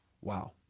Wow